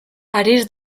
paris